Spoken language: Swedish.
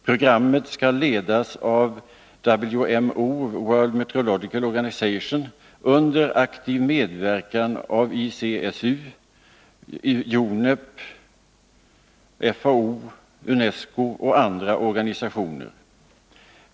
Programmet skall ledas av WMO under aktiv medverkan av ICSU , UNEP , FAO , UNESCO och andra organisationer.